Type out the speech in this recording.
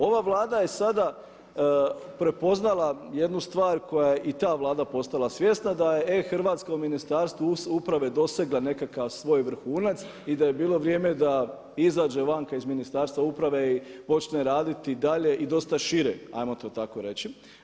Ova Vlada je sada prepoznala jednu stvar koje je i ta Vlada postala svjesna da je e-Hrvatska u Ministarstvu uprave dosegla nekakav svoj vrhunac i da je bilo vrijeme da izađe vanka iz Ministarstva uprave i počne raditi dalje i dosta šire, ajmo to tako reći.